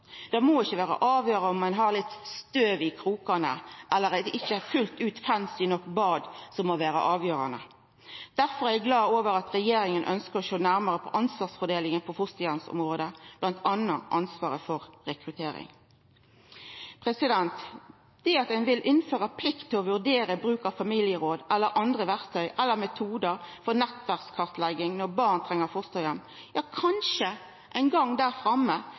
Det må ikkje vera avgjerande om ein har litt støv i krokane eller ikkje har eit fullt ut fancy nok bad. Difor er eg glad for at regjeringa ønskjer å sjå nærmare på ansvarsfordelinga på fosterheimsområdet, bl.a. ansvaret for rekruttering. Ein vil innføra plikt til å vurdera bruk av familieråd, andre verktøy eller metodar for nettverkskartlegging når barn treng fosterheim. Kanskje kan vi ein gong der framme